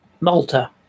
Malta